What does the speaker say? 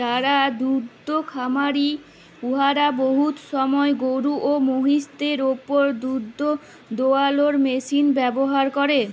যারা দুহুদ খামারি উয়ারা বহুত সময় গরু এবং মহিষদের উপর দুহুদ দুয়ালোর মেশিল ব্যাভার ক্যরে